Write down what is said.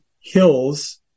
hills